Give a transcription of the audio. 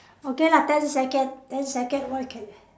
okay lah ten second ten second what you can